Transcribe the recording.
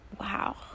Wow